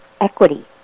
equity